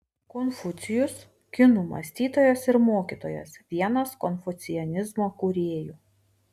konfucijus kinų mąstytojas ir mokytojas vienas konfucianizmo kūrėjų